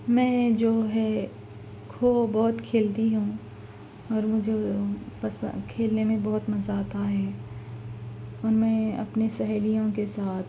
میں جو ہے کھو بہت کھیلتی ہوں اور مجھے پسند کھیلنے میں بہت مزہ آتا ہے اور میں اپنی سہیلیوں کے ساتھ